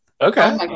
Okay